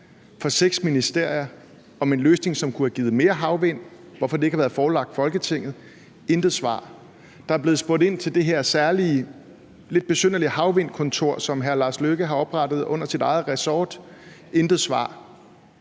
fra seks ministerier om en løsning, som kunne have givet mere havvind, hvorfor det ikke har været forelagt Folketinget – intet svar; der er blevet spurgt ind til det her særlige lidt besynderlige havvindkontor, som udenrigsministeren har oprettet under sit eget ressort – intet svar.